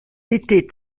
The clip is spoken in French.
était